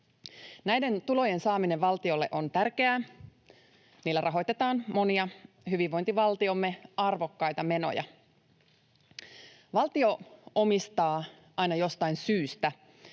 Näiden tulojen saaminen valtiolle on tärkeää. Niillä rahoitetaan monia hyvinvointivaltiomme arvokkaita menoja. Valtio omistaa aina jostain syystä.